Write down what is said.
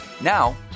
now